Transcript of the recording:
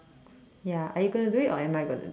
ya are you going to do it or am I going to do it